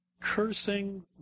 cursing